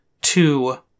two